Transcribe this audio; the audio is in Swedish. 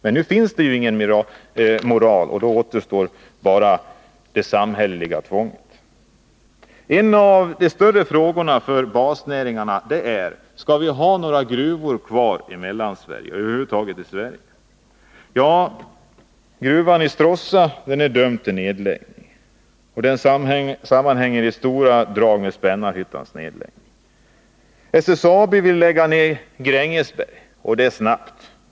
Men nu finns det ingen moral, och då återstår bara det samhälleliga tvånget. En av de större frågorna för basnäringarna är: Skall vi ha några gruvor kvar i Mellansverige, i Sverige över huvud taget? Gruvan i Stråssa är dömd till nedläggning. Det sammanhänger i stora drag med Spännarhyttans nedläggning. SSAB vill lägga ned Grängesberg, och det snabbt.